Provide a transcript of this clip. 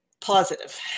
Positive